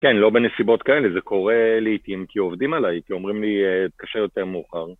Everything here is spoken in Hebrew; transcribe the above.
כן, לא בנסיבות כאלה, זה קורה לעתים, כי עובדים עליי, כי אומרים לי, תתקשר יותר מאוחר